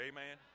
Amen